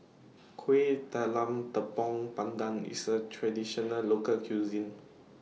Kueh Talam Tepong Pandan IS A Traditional Local Cuisine